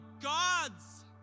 God's